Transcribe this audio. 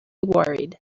worried